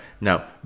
Now